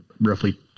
roughly